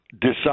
decide